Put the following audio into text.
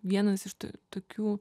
vienas iš tų tokių